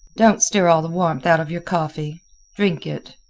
don't stir all the warmth out of your coffee drink it.